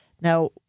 Now